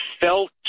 felt